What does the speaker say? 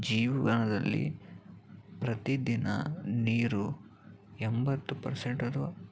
ಜೀವನದಲ್ಲಿ ಪ್ರತಿದಿನ ನೀರು ಎಂಬತ್ತು ಪರ್ಸೆಂಟ್ ಅಥ್ವಾ